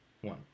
one